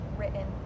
written